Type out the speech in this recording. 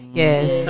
yes